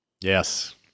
Yes